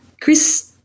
Chris